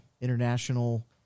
international